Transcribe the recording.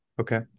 Okay